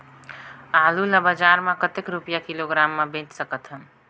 आलू ला बजार मां कतेक रुपिया किलोग्राम म बेच सकथन?